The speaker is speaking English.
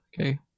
Okay